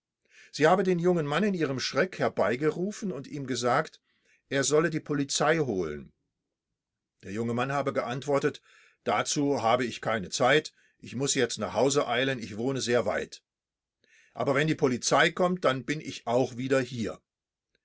sie habe den jungen mann in ihrem schreck herbeigerufen und ihm gesagt er solle die polizei holen der junge mann habe geantwortet dazu habe ich keine zeit ich muß jetzt nach hause eilen ich wohne sehr weit aber wenn die polizei kommt dann bin ich auch wieder hier